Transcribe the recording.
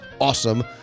awesome